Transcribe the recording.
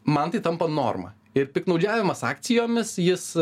man tai tampa norma ir piktnaudžiavimas akcijomis jis